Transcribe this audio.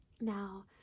Now